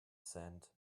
sand